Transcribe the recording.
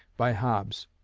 by hobbes.